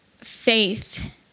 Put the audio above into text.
faith